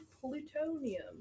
plutonium